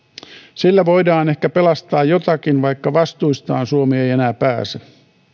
sillä voidaan ehkä pelastaa jotakin vaikka vastuistaan suomi ei ei enää pääse